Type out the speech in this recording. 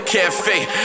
Cafe